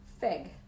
fig